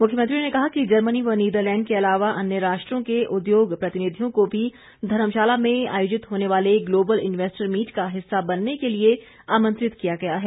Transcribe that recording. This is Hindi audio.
मुख्यमंत्री ने कहा कि जर्मनी व नीदरलैंड के अलावा अन्य राष्ट्रों के उद्योग प्रतिनिधियों को भी धर्मशाला में आयोजित होने वाले ग्लोबल इन्वेस्टर मीट का हिस्सा बनने के लिए आमंत्रित किया गया है